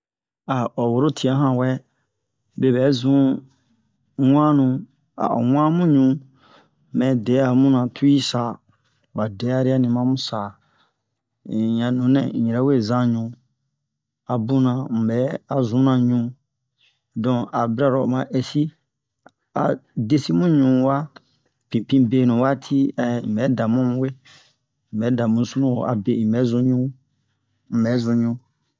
wa woro tiyan han wɛ ɓeɓɛ zun wannu a o wan mu ɲu mɛ de'a mu na tuwi sa ɓa de'arini mamu sa in a nunɛ in yɛrɛ we zan ɲu a bunna in ɓɛ a zunna ɲu donk bira lo o ma ɛsi a desi mu ɲu wa pinpin benu waati un ɓɛ da mu we un ɓɛ da mu sunuwo abe un bɛ zun ɲu un ɓɛ zun ɲu